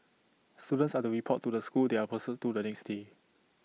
students are to report to the school they are posted to the next day